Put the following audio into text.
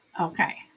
okay